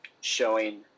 showing